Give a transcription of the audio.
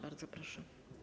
Bardzo proszę.